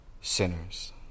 sinners